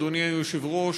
אדוני היושב-ראש,